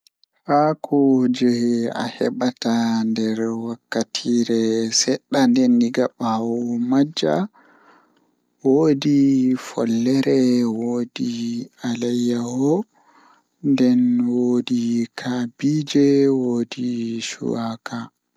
Kubaru ko salli jei ɓuri dasugo hakkiilo am Miɗo yiɗi e joomi ɗiɗi ko Nelson Mandela. O waɗi goɗɗum sabu o waɗi saama ngam ɗeɗɗi leydi maɓɓe e hoore. Miɗo yiɗi ko o jokkude yimɓe e jokkondirɗe sabu o heɓi kaɗi no hokkude yimbi. O waɗi faama sabu o hokkude sabuɗi leydi ngal fiɗɗinde leydi maɓɓe, jeyɗi ko goɗɗum